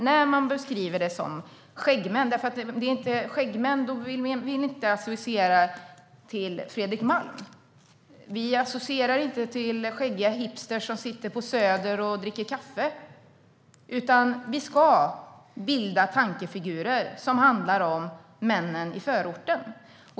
När man beskriver det som "skäggmän" associerar vi ju inte till Fredrik Malm eller till skäggiga hipstrar som sitter på Söder och dricker kaffe, utan vi ska bilda tankefigurer som handlar om männen i förorten.